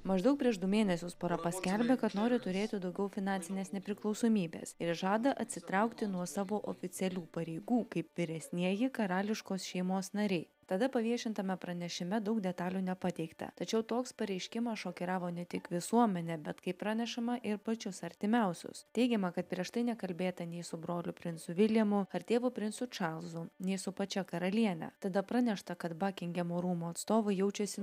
maždaug prieš du mėnesius pora paskelbė kad nori turėti daugiau finansinės nepriklausomybės ir žada atsitraukti nuo savo oficialių pareigų kaip vyresnieji karališkos šeimos nariai tada paviešintame pranešime daug detalių nepateikta tačiau toks pareiškimas šokiravo ne tik visuomenę bet kaip pranešama ir pačius artimiausius teigiama kad prieš tai nekalbėta nei su broliu princu vilijamu ar tėvu princu čarlzu nei su pačia karaliene tada pranešta kad bakingemo rūmų atstovai jaučiasi